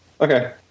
okay